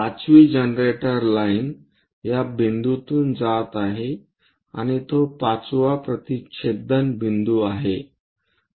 5 वी generator line या बिंदूतून जात आहे आणि तो 5वा प्रतिच्छेदन बिंदू आहे